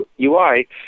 UI